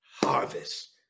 harvest